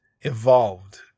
evolved